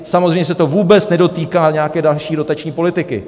Samozřejmě se to vůbec nedotýká nějaké další dotační politiky.